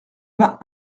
vingt